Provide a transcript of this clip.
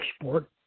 export